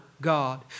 God